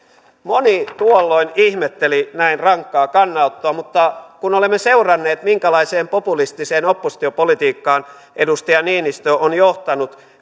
moni tuolloin ihmetteli näin rankkaa kannanottoa mutta kun olemme seuranneet minkälaiseen populistiseen oppositiopolitiikkaan edustaja niinistö on johtanut